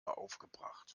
aufgebracht